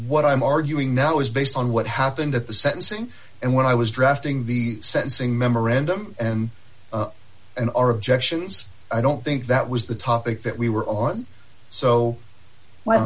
what i'm arguing now is based on what happened at the sentencing and when i was drafting the sentencing memorandum and in our objections i don't think that was the topic that we were on so well i